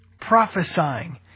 prophesying